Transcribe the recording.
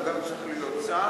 והוא גם צריך להיות שר,